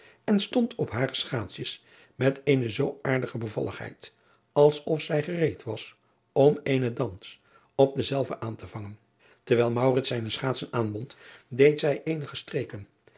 en stond op hare schaatsjes met eene zoo aardige bevalligheid als of zij gereed was om eenen dans op dezelve aan te vangen terwijl zijne schaatsen aanbond deed zij eenige streken